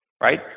right